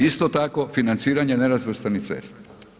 Isto tako financiranje nerazvrstanih cesta.